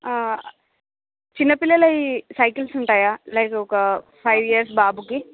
చిన్న పిల్లలవి సైకిల్స్ ఉంటాయా లైక్ ఒక ఫైవ్ ఇయర్స్ బాబుకి